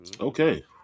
Okay